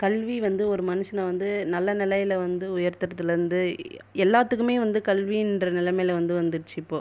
கல்வி வந்து ஒரு மனுஷனை வந்து நல்ல நிலையில் வந்து உயர்த்துகிறதுலருந்து எல்லாத்துக்குமே வந்து கல்வின்ற நிலமை வந்து வந்துருச்சு இப்போ